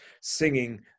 singing